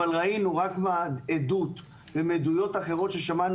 אבל ראינו מעדות ומעדויות אחרות ששמענו